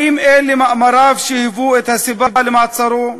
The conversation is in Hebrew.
האם מאמריו היו הסיבה למעצרו?